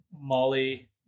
Molly